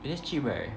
eh that's cheap right